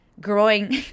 Growing